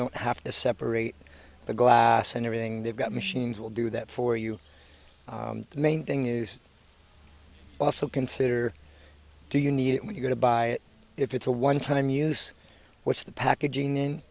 don't have to separate the glass and everything they've got machines will do that for you the main thing is also consider do you need it when you go to buy if it's a one time use what's the packaging